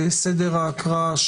בתקווה לסיים את ההקראה.